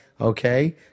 Okay